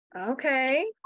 okay